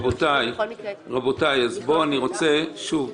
רבותיי, אני רוצה שוב